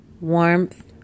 warmth